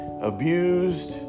abused